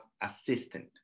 assistant